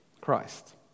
Christ